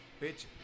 Bitch